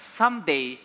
someday